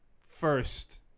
first